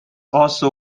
also